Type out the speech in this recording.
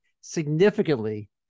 significantly